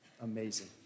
amazing